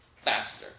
faster